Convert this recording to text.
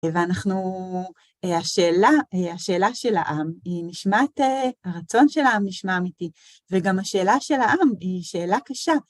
ואנחנו, השאלה השאלה של העם היא נשמעת, הרצון של העם נשמע אמיתי, וגם השאלה של העם היא שאלה קשה.